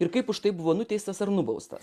ir kaip už tai buvo nuteistas ar nubaustas